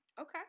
Okay